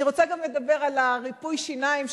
אני רוצה גם לדבר על ריפוי השיניים,